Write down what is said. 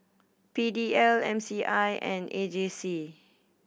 P D L M C I and A J C